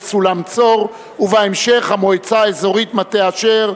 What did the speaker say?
סולם-צור ובהמשך המועצה האזורית מטה-אשר,